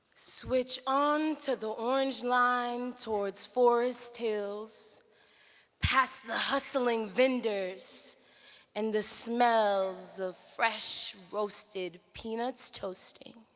switch onto the orange line towards forest hills past the hustling vendors and the smell of fresh roasted peanuts toasting,